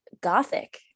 gothic